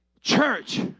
church